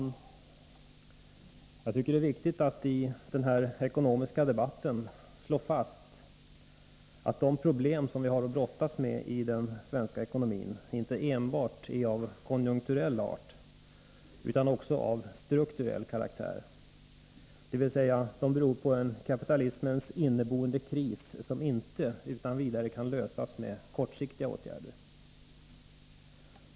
Herr talman! Det är viktigt att i denna ekonomiska debatt slå fast att de problem som vi har att brottas med i den svenska ekonomin inte enbart är av konjunkturell art utan också av strukturell karaktär, dvs. de beror på en kapitalismens inneboende kris som inte kan lösas med kortsiktiga åtgärder.